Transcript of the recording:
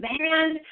man